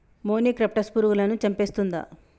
మొనిక్రప్టస్ పురుగులను చంపేస్తుందా?